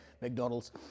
McDonald's